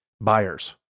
buyers